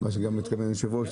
מה שגם התכוון היושב-ראש,